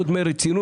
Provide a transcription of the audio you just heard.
או דמי רצינות,